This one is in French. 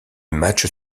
matchs